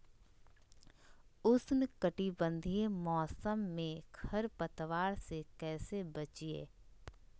उष्णकटिबंधीय मौसम में खरपतवार से कैसे बचिये?